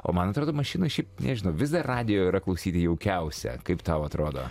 o man atrodo mašinoj šiaip nežinau vis dar radijo yra klausyti jaukiausia kaip tau atrodo